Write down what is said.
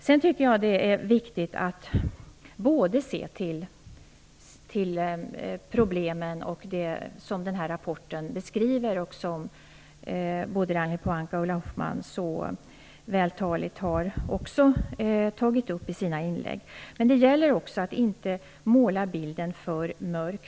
Sedan är det viktigt att vi ser till problemen och det som beskrivs i den här rapporten, som också både Ragnhild Pohanka och Ulla Hoffmann så vältaligt har tagit upp i sina inlägg. Men det gäller att inte måla bilden för mörk.